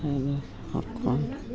ಹಾಕೊಂಡು